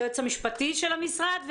היועץ המשפטי של המשרד,